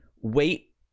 wait